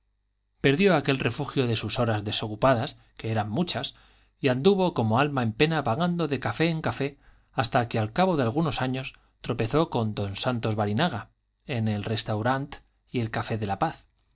perdió aquel refugio de sus horas desocupadas que eran muchas y anduvo como alma en pena vagando de café en café hasta que al cabo de algunos años tropezó con don santos barinaga en el restaurant y café de la paz